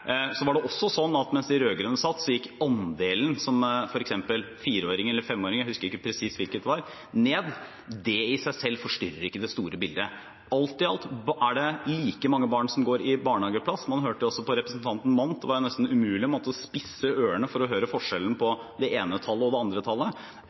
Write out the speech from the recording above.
Det er også slik at mens de rød-grønne satt, gikk f.eks. andelen fire- eller femåringer ned – jeg husker ikke presist hvilke det var. Det i seg selv forstyrrer ikke det store bildet. Alt i alt er det like mange barn som har barnehageplass. Når man hørte på representanten Mandt, måtte man nesten spisse ørene for å høre forskjellen på det ene og det andre tallet.